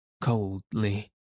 coldly